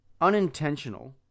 unintentional